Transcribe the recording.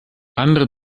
andere